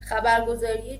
خبرگزاری